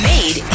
Made